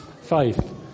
faith